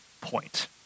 point